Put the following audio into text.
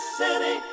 city